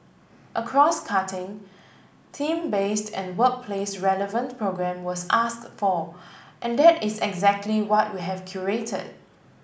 a crosscutting theme based and workplace relevant programme was asked for and that is exactly what we have curated